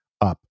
up